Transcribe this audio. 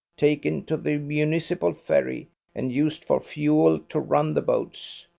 taken to the municipal ferry and used for fuel to run the boats.